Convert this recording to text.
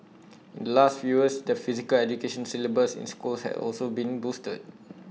in the last few years the physical education syllabus in schools has also been boosted